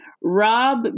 Rob